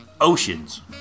oceans